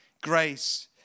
grace